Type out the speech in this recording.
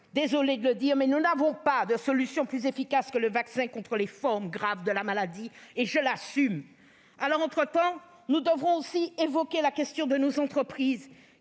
désolée de le dire, mais je l'assume -, nous n'avons pas de solution plus efficace que le vaccin contre les formes graves de la maladie. Dans le même temps, nous devons aussi évoquer la question de nos entreprises,